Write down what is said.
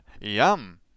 Yum